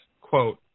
quote